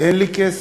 אין לי כסף.